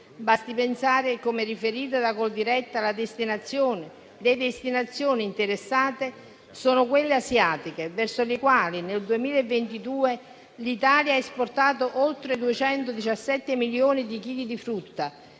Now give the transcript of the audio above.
Basti pensare, come riferito da Coldiretti, che le destinazioni interessate sono quelle asiatiche, verso le quali nel 2022 l'Italia ha esportato oltre 217 milioni di chili di frutta,